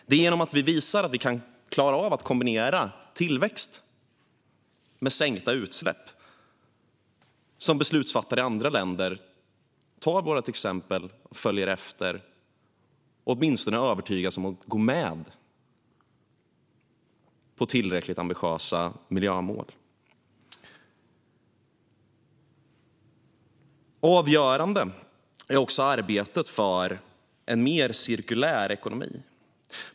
Det är när vi visar att vi klarar av att kombinera tillväxt med sänkta utsläpp som beslutsfattare i andra länder kommer att följa vårt exempel - eller åtminstone övertygas att gå med på tillräckligt ambitiösa miljömål. Avgörande är också arbetet för en mer cirkulär ekonomi.